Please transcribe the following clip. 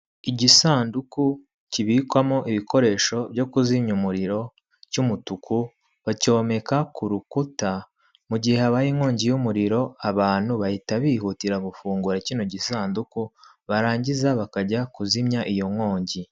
Igisanduku kibikwamo ibikoresho byo kuzimya umuriro cy'umutuku bacyomeka ku rukuta mu gihe habaye inkongi y'umuriro abantu bahita bihutira gufungura kino gisanduku barangiza bakajya kuzimya iyo nkongi.